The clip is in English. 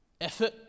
effort